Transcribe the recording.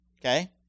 Okay